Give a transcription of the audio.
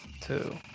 two